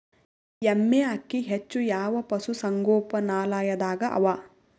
ಎಮ್ಮೆ ಅಕ್ಕಿ ಹೆಚ್ಚು ಯಾವ ಪಶುಸಂಗೋಪನಾಲಯದಾಗ ಅವಾ?